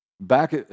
Back